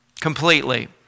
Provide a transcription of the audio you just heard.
Completely